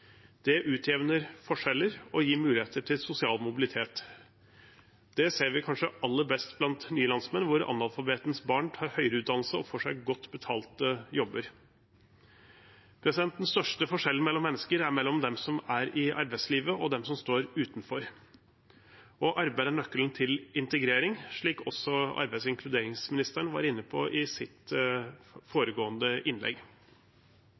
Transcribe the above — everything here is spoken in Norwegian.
Det utjevner forskjeller og gir muligheter til sosial mobilitet. Det ser vi kanskje aller best blant nye landsmenn, hvor analfabetens barn tar høyere utdannelse og får godt betalte jobber. Den største forskjellen mellom mennesker er mellom dem som er i arbeidslivet, og dem som står utenfor. Arbeid er nøkkelen til integrering, slik også arbeids- og inkluderingsministeren var inne på i sitt foregående innlegg.